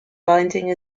binding